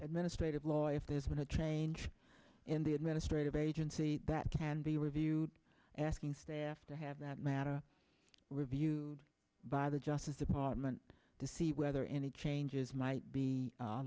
administrative law if there's been a change in the administrative agency that can be reviewed asking staff to have that matter reviewed by the justice department to see whether any changes